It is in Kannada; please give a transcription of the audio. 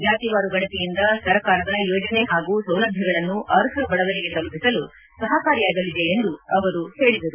ಜಾತಿವಾರು ಗಣತಿಯಿಂದ ಸರ್ಕಾರದ ಯೋಜನೆ ಹಾಗೂ ಸೌಲಭ್ಯಗಳನ್ನು ಅರ್ಹ ಬಡವರಿಗೆ ತಲುಪಿಸಲು ಸಹಕಾರಿಯಾಗಲಿದೆ ಎಂದು ಅವರು ಹೇಳಿದರು